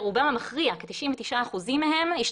רוב שנותיי הייתי בדיוק במקום האחר,